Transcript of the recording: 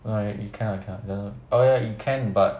no you cannot you cannot then oh ya you can but